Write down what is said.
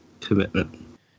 commitment